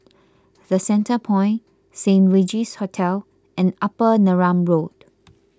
the Centrepoint Saint Regis Hotel and Upper Neram Road